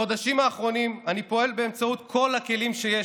בחודשים האחרונים אני פועל בכל הכלים שיש